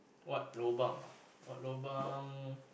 what lobang ah what lobang